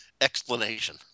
explanation